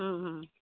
ᱦᱮᱸ ᱦᱮᱸ